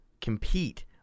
compete